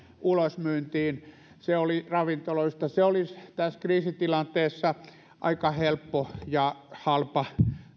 ulosmyyntiin ravintoloista se olisi tässä kriisitilanteessa aika helppo ja halpa